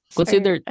consider